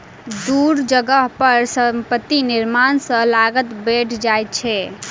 दूर जगह पर संपत्ति निर्माण सॅ लागत बैढ़ जाइ छै